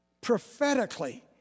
prophetically